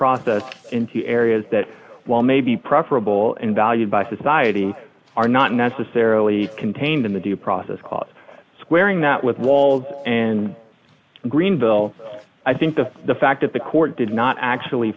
process into areas that while may be preferable and valued by society are not necessarily contained in the due process clause squaring that with walls and greenville i think of the fact that the court did not actually